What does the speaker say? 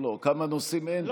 כמה נושאים אין.